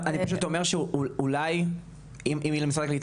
אני פשוט אומר שאולי אם למשרד הקליטה